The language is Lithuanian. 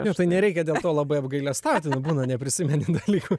ir tai nereikia dėl to labai apgailestauti būna neprisimeni dalykų